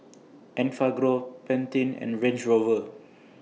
Enfagrow Pantene and Range Rover